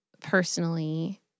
personally